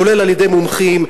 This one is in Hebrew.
כולל על-ידי מומחים,